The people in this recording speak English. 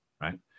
right